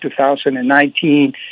2019